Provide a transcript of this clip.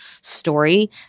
story